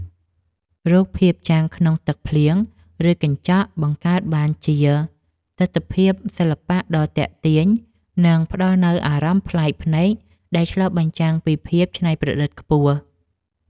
រូបភាពចាំងក្នុងទឹកភ្លៀងឬកញ្ចក់បង្កើតបានជាទិដ្ឋភាពសិល្បៈដ៏ទាក់ទាញ និង ផ្តល់នូវអារម្មណ៍ប្លែកភ្នែកដែលឆ្លុះបញ្ចាំងពីភាពច្នៃប្រឌិតខ្ពស់។